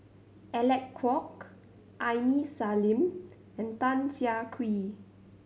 Alec Kuok Aini Salim and Tan Siah Kwee